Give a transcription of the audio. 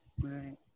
Right